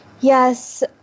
Yes